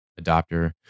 adopter